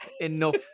enough